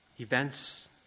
events